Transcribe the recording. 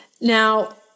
Now